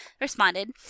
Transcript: responded